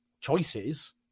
choices